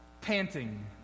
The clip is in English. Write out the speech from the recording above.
panting